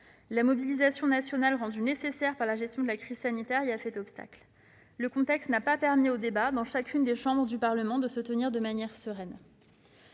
la mobilisation nationale rendue nécessaire par la gestion de la crise sanitaire y a fait obstacle. Le contexte n'a pas permis aux débats, dans chacune des chambres du Parlement, de se tenir de manière sereine.